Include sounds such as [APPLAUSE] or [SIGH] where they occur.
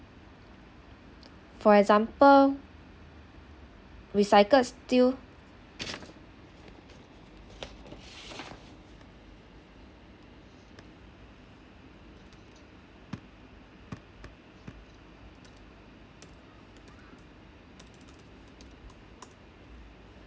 for example recycled still [NOISE]